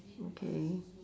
okay